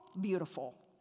beautiful